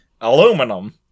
aluminum